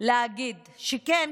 להגיד שכן,